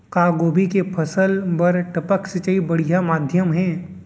का गोभी के फसल बर टपक सिंचाई बढ़िया माधयम हे?